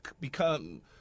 become –